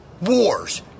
Wars